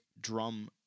drum